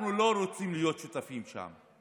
אנחנו לא רוצים להיות שותפים שם,